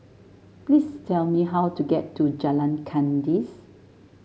please tell me how to get to Jalan Kandis